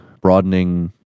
broadening